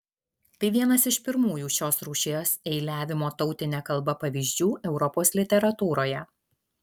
tai vienas iš pirmųjų šios rūšies eiliavimo tautine kalba pavyzdžių europos literatūroje